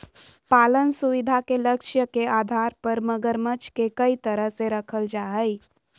पालन सुविधा के लक्ष्य के आधार पर मगरमच्छ के कई तरह से रखल जा हइ